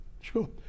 Sure